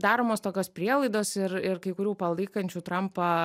daromos tokios prielaidos ir ir kai kurių palaikančių trampą